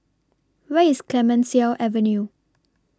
Where IS Clemenceau Avenue